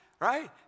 right